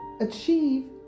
achieve